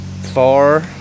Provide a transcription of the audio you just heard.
far